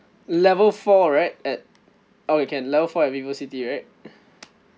level four right at okay can level four at vivocity right